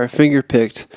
finger-picked